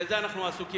בזה אנחנו עסוקים,